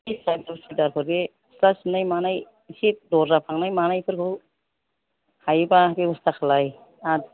बे सिथ्ला सिबनाय मानाय इसे दर्जा फांनाय मानायफोरखौ हायोबा बेब'स्था खालाम आरो